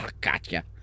Gotcha